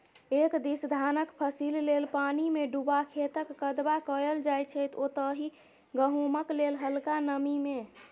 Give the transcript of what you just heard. एक दिस धानक फसिल लेल पानिमे डुबा खेतक कदबा कएल जाइ छै ओतहि गहुँमक लेल हलका नमी मे